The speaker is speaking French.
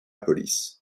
police